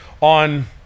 on